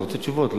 אתה רוצה תשובות,